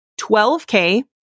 12K